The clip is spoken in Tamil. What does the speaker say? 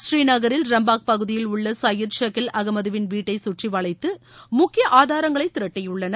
ஸ்ரீநகரில் ரம்பாக் பகுதியில் உள்ள சையது ஷக்கில் அகமதுவின் வீட்டை சுற்றி வளைத்து முக்கிய ஆதாரங்களை திரட்டியுள்ளனர்